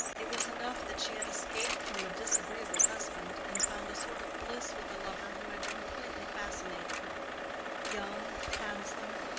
it was enough that she had escaped from a disagreeable husband and found a sort of bliss with a lover who had completely fascinated her young, handsome,